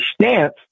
stance